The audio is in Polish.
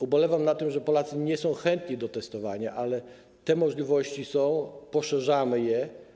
Ubolewam nad tym, że Polacy nie są chętni do testowania, ale te możliwości są, poszerzamy je.